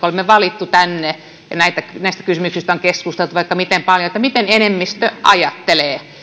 olemme valittuja tänne ja näistä kysymyksistä keskustelleet vaikka miten paljon enemmistö ajattelee